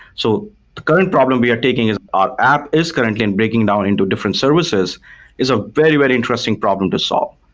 so the current problem we are taking is our app is currently in breaking down into different services is a very, very interesting problem to solve.